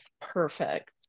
perfect